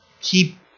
keep